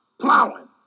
plowing